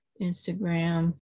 Instagram